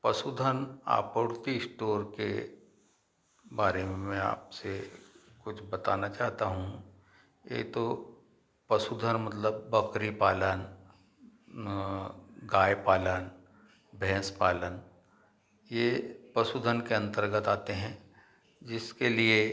पशुधन आपूर्ति स्टोर के बारे में मैं आपसे कुछ बताना चाहता हूँ एक तो पशुधन मतलब बकरी पालन गाए पालन भैंस पालन ये पशुधन के अंतर्गत आते हैं जिसके लिए